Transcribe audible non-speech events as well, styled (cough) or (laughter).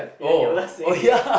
ya you were (laughs) singing